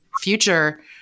future